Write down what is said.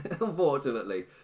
unfortunately